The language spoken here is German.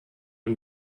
und